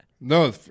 no